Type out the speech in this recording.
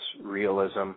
realism